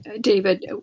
David